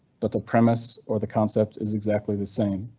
but the premise or the concept is exactly the same.